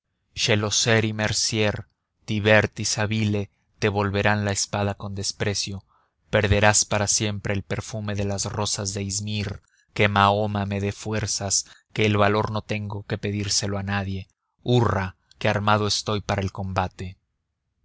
hermosas schelosser y mercier thibert y savile te volverán la espalda con desprecio perderás para siempre el perfume de las rosas de izmir que mahoma me dé fuerzas que el valor no tengo que pedírselo a nadie hurra que armado estoy para el combate